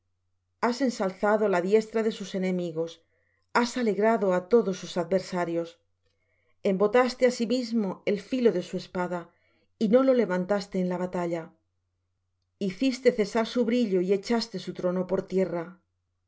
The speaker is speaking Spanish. has ensalzado la diestra de sus enemigos has alegrado á todos sus adversarios embotaste asimismo el filo de su espada y no lo levantaste en la batalla hiciste cesar su brillo y echaste su trono por tierra has